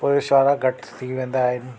police वारा घटि थी वेंदा आहिनि